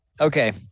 Okay